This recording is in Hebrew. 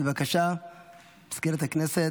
סגנית מזכיר הכנסת,